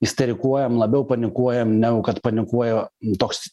isterikuojam labiau panikuojam negu kad panikuoja toks